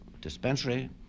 dispensary